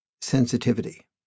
Sensitivity